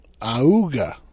Auga